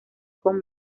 con